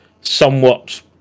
somewhat